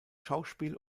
schauspiel